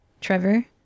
Trevor